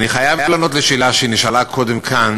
אני חייב לענות על שאלה שנשאלה קודם כאן,